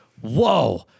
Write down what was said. whoa